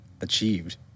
achieved